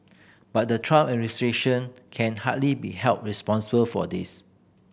but the Trump administration can hardly be held responsible for this